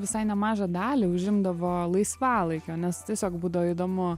visai nemažą dalį užimdavo laisvalaikio nes tiesiog būdavo įdomu